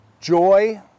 joy